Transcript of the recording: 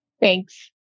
Thanks